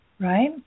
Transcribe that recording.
right